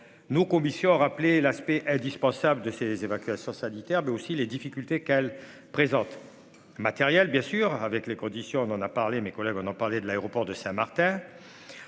nos conditions a rappelé l'aspect indispensable de ces évacuations sanitaires mais aussi les difficultés qu'elle présente. Matériel, bien sûr avec les conditions on en a parlé, mes collègues, on en parlait de l'aéroport de Saint-Martin.